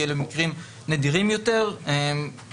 כי אלה מקרים נדירים יותר במספרם,